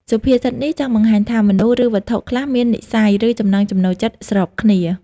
សុភាសិតនេះចង់បង្ហាញថា មនុស្ស ឬវត្ថុខ្លះមាននិស្ស័យ ឬចំណង់ចំណូលចិត្តស្របគ្នា។